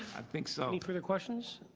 i think so. any further questions.